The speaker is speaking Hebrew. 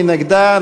מי נגדה?